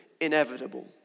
inevitable